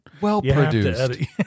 Well-produced